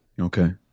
okay